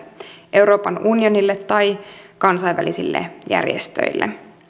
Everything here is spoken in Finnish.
euroopan unionille tai kansainvälisille järjestöille